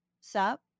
sup